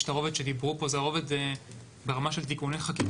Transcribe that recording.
יש את הרובד שדיברו פה, ברמה של תיקוני חקיקה.